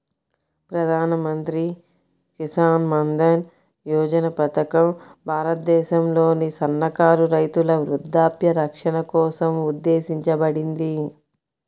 ప్రధాన్ మంత్రి కిసాన్ మన్ధన్ యోజన పథకం భారతదేశంలోని సన్నకారు రైతుల వృద్ధాప్య రక్షణ కోసం ఉద్దేశించబడింది